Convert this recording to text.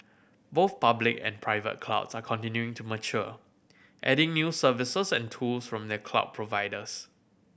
both public and private clouds are continuing to mature adding new services and tools from their cloud providers